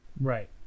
Right